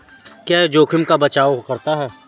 क्या यह जोखिम का बचाओ करता है?